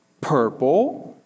purple